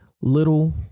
little